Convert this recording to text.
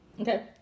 Okay